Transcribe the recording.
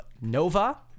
Nova